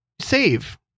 save